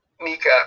Mika